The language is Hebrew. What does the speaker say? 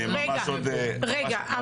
זה